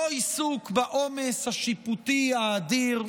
לא עיסוק בעומס השיפוטי האדיר,